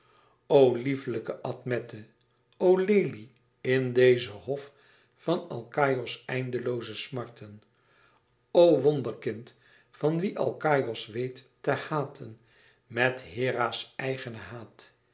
o lieflijke admete o lelie in dezen hof van alkaïos eindlooze smarten o wonderkind van wie alkaïos weet te haten met hera's eigene haat